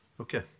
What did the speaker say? Okay